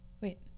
Wait